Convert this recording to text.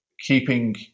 keeping